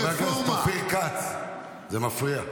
חבר הכנסת אופיר כץ, זה מפריע.